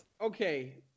okay